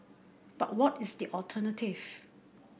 but what is the alternative